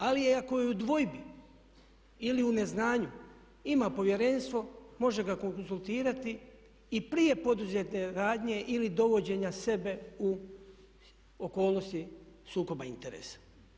Ali ako je u dvojbi ili u neznanju ima Povjerenstvo, može ga konzultirati i prije poduzete radnje ili dovođenja sebe u okolnosti sukoba interesa.